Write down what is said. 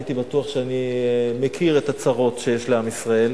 הייתי בטוח שאני מכיר את הצרות שיש לעם ישראל.